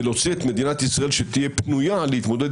ולהוציא את מדינת ישראל שתהיה פנויה להתמודד